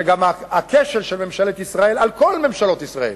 שגם הכשל של ממשלת ישראל, כל ממשלות ישראל,